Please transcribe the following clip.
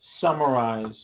summarize